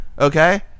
okay